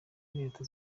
leta